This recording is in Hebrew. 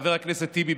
חבר הכנסת טיבי,